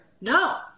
No